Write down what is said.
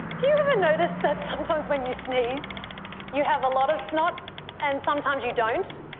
do you ever notice that sometimes when you sneeze you have a lot of snot and sometimes you don't?